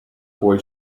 boy